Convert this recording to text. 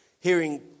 hearing